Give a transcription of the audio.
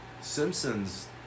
Simpsons